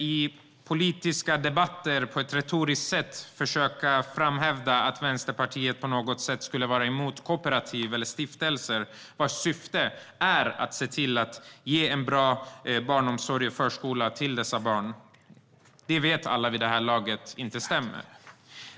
I politiska debatter försöker man på ett retoriskt sätt hävda att Vänsterpartiet på något sätt skulle vara emot kooperativ eller stiftelser vars syfte är att se till att ge en bra barnomsorg och förskola till barn. Alla vet vid det här laget att det inte stämmer.